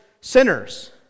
sinners